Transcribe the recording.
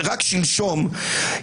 רק שלשום,